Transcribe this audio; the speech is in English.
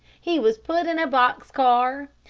he was put in a box car.